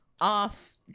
off